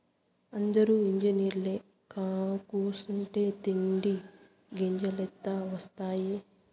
అందురూ ఇంజనీరై కూసుంటే తిండి గింజలెట్టా ఒస్తాయి